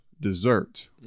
dessert